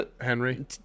Henry